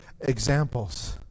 examples